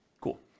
Cool